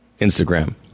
Instagram